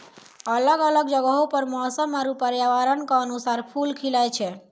अलग अलग जगहो पर मौसम आरु पर्यावरण क अनुसार फूल खिलए छै